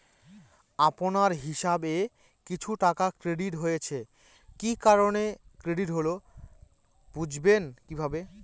আপনার হিসাব এ কিছু টাকা ক্রেডিট হয়েছে কি কারণে ক্রেডিট হল বুঝবেন কিভাবে?